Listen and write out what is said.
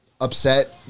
Upset